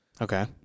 Okay